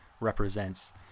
represents